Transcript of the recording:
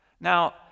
Now